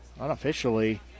Unofficially